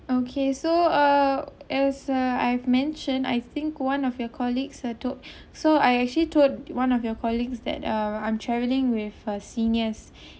okay so uh as uh I've mentioned I think one of your colleague are told so I actually told one of your colleagues that ah I'm travelling with seniors